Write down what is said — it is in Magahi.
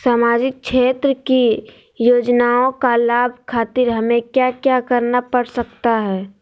सामाजिक क्षेत्र की योजनाओं का लाभ खातिर हमें क्या क्या करना पड़ सकता है?